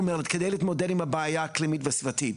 מלט כדי להתמודד עם הבעיה האקלימית והסביבתית,